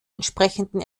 entsprechenden